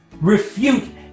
refute